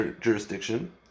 jurisdiction